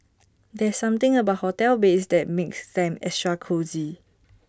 there's something about hotel beds that makes them extra cosy